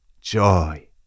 Joy